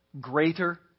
greater